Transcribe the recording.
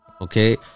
Okay